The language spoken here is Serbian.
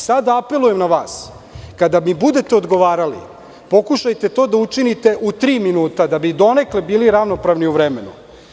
Sada apelujem na vas, kada mi budete odgovarali, pokušajte to da učinite u tri minuta da bi donekle bili ravnopravni u vremenu.